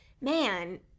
man